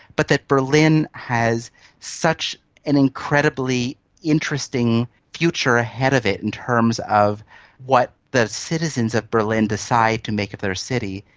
but that berlin has such an incredibly interesting future ahead of it in terms of what the citizens of berlin decide to make of their city,